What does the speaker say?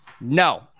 No